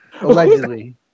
allegedly